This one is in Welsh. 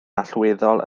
allweddol